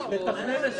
צריך לתכנן לשעה.